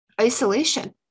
isolation